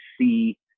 see